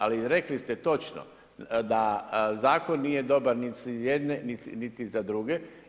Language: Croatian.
Ali rekli ste točno, da zakon nije dobar niti za jedne, niti za druge.